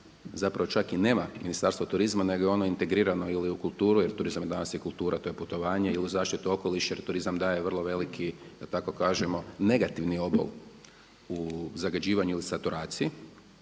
zapravo čak i nema Ministarstvo turizma nego je ono integrirano ili u kulturu jer turizam je danas i kultura, to je putovanje i uz zaštitu okoliša jer turizam daje vrlo veliki da tako kažemo negativni obol u zagađivanju ili saturaciji,